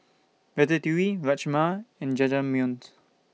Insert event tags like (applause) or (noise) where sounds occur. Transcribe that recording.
Ratatouille Rajma and Jajangmyeon (unintelligible)